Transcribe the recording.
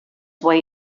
way